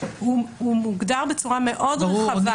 מוגדר בצורה מאוד רחבה.